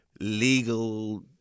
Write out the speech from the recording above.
legal